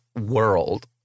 world